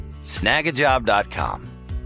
snagajob.com